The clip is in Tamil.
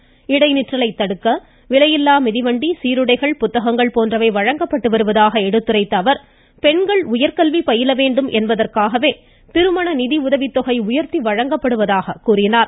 பெண்கல்வியில் இடைநிற்றலைத் தடுக்க விலையில்லா மிதிவண்டி சீருடைகள் புத்தகங்கள் போன்றவை வழங்கப்பட்டு வருவதாக எடுத்துரைத்த அவர் பெண்கள் உயர்கல்வி பயில வேண்டும் என்பதற்காகவே திருமண நிதிஉதவி தொகை உயர்த்தி வழங்கப்படுவதாக கூறினார்